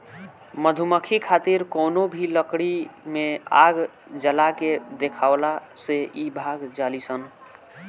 मधुमक्खी खातिर कवनो भी लकड़ी में आग जला के देखावला से इ भाग जालीसन